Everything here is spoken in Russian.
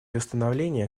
восстановления